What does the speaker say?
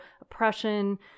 oppression